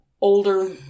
older